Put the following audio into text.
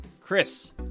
Chris